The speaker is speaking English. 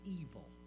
evil